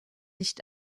nicht